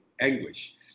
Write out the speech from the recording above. anguish